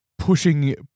Pushing